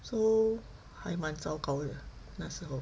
so 还蛮糟糕的那时候